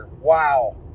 Wow